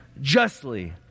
justly